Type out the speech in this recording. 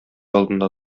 алдында